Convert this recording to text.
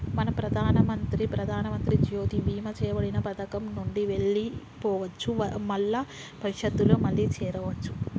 మనం ప్రధానమంత్రి ప్రధానమంత్రి జ్యోతి బీమా చేయబడిన పథకం నుండి వెళ్లిపోవచ్చు మల్ల భవిష్యత్తులో మళ్లీ చేరవచ్చు